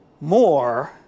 more